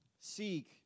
Seek